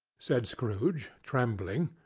said scrooge, trembling.